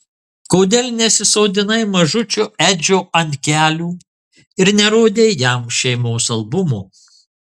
kodėl nesisodinai mažučio edžio ant kelių ir nerodei jam šeimos albumo